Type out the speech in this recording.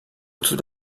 otuz